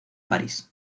parís